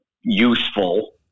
useful